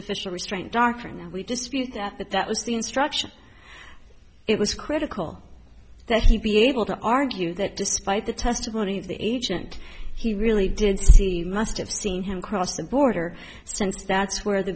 official restrained doctrine and we dispute that but that was the instruction it was critical that he be able to argue that despite the testimony of the agent he really didn't must have seen him cross the border since that's where the